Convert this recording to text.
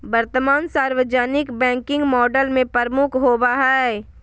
वर्तमान सार्वजनिक banking model में प्रमुख होबो हइ